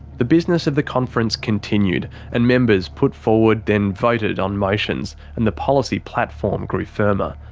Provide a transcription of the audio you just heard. the business of the conference continued and members put forward then voted on motions and the policy platform grew firmer.